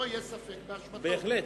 בהחלט.